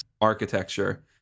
architecture